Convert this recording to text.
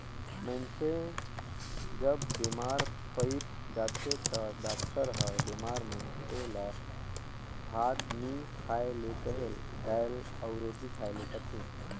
मइनसे जब बेमार पइर जाथे ता डॉक्टर हर बेमार मइनसे ल भात नी खाए ले कहेल, दाएल अउ रोटी खाए ले कहथे